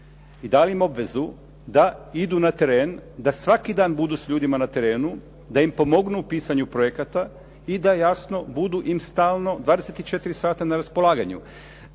i dali im obvezu da idu na teren, da svaki dan budu s ljudima na terenu, da im pomognu u pisanju projekata i da jasno budu im stalno, 24 sata na raspolaganju.